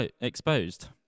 exposed